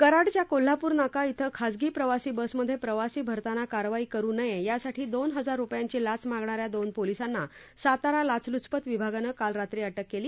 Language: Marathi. कराडच्या कोल्हापूर नाका इथं खासगी प्रवासी बसमधे प्रवासी भरताना कारवाई करु नये यासाठी दोन हजार रुपयांची लाच मागणा या दोन पोलीसांना सातारा लाचलुचपत विभागानं काल रात्री अटक केली